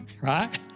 right